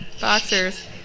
boxers